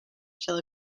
shall